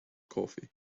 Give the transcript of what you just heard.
coffee